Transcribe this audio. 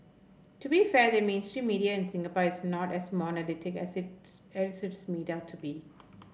to be fair the mainstream media in Singapore is not as monolithic as it's everything is made out to be